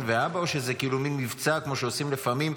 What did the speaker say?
להבא או זה משהו מין מבצע כמו שעושים לפעמים,